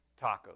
tacos